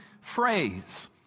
phrase